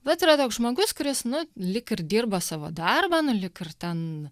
bet yra toks žmogus kuris nu lyg ir dirba savo darbą nu lyg ir ten